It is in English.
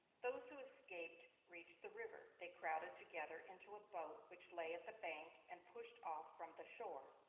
those who escaped reached the river. they crowded together into a boat which lay at the bank and pushed off from the shore.